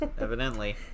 evidently